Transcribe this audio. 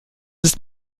ist